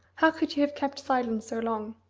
how could you have kept silence so long?